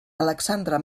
alexandre